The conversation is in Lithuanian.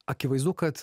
akivaizdu kad